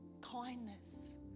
kindness